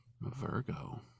Virgo